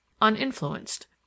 uninfluenced